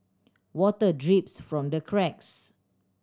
water drips from the cracks